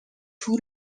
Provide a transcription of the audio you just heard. تور